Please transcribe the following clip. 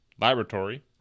laboratory